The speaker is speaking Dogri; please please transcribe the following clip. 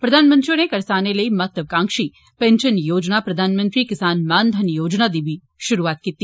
प्रघानमंत्री होरें करसानें लेई महत्वकांक्षी पिनशन योजना प्रधानमंत्री किसान मान धन योजना दी बी शुरूआत कीती